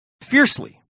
fiercely